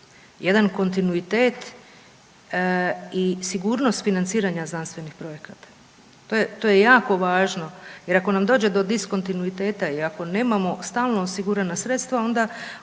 jedan kontinuitet i sigurnost financiranja znanstvenih projekata. To je jako važno jer ako nam dođe do diskontinuiteta i ako nemamo stalno osigurana sredstva